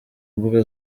mbuga